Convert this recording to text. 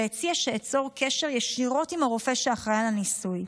הוא הציע שאצור קשר ישירות עם הרופא שאחראי על הניסוי.